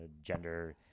gender